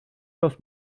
los